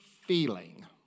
feeling